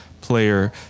player